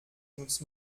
nutzt